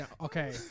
Okay